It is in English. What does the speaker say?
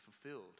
fulfilled